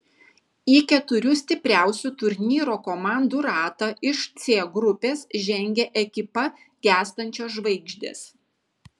į keturių stipriausių turnyro komandų ratą iš c grupės žengė ekipa gęstančios žvaigždės